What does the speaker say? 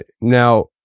Now